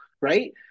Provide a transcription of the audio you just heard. Right